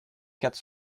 quatre